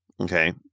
Okay